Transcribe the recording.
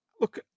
Look